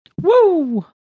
Woo